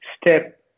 step